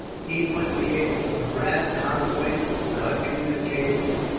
he would be able to harass convoys, cut communications,